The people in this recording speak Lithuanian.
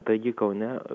taigi kaune